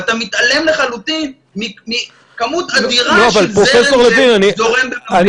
ואתה מתעלם לחלוטין מכמות אדירה של זרם שזורם במקביל.